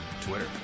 Twitter